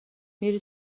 میری